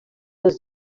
els